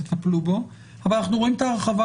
תטפלו בו אבל אנחנו רואים את ההרחבה